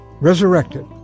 resurrected